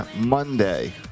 Monday